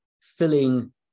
filling